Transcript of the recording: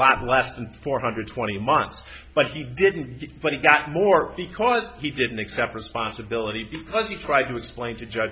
lot less than four hundred twenty months but he didn't but he got more because he didn't accept responsibility because he tried to explain to just